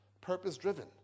Purpose-driven